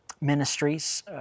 ministries